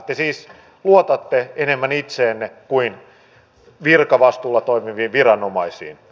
te siis luotatte enemmän itseenne kuin virkavastuulla toimiviin viranomaisiin